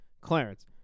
Clarence